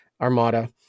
armada